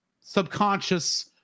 subconscious